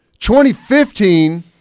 2015